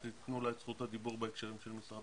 שתיתנו לה את זכות הדיבור בהקשרים של משרד